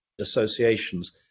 associations